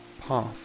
path